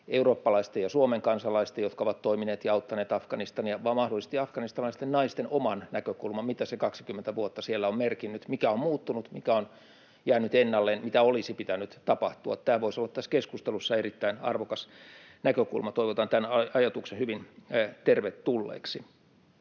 eurooppalaisten ja Suomen kansalaisten, jotka ovat toimineet ja auttaneet Afganistania, vaan mahdollisesti afganistanilaisten naisten oman näkökulman: mitä se 20 vuotta siellä on merkinnyt, mikä on muuttunut, mikä on jäänyt ennalleen, mitä olisi pitänyt tapahtua? Tämä voisi olla tässä keskustelussa erittäin arvokas näkökulma. Toivotan tämän ajatuksen hyvin tervetulleeksi.